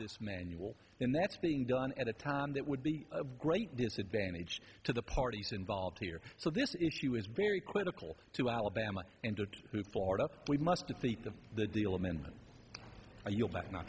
this manual and that's being done at a time that would be a great disadvantage to the parties involved here so this issue is very critical to alabama and florida we must defeat of the deal amendment you